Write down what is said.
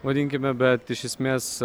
vadinkime bet iš esmės